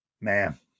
man